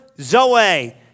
zoe